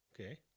Okay